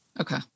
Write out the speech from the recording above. Okay